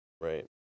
Right